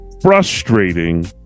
frustrating